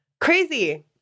crazy